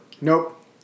Nope